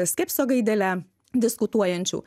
skepsio gaidele diskutuojančių